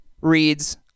Reads